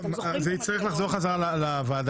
זה יצטרך לחזור חזרה לוועדה.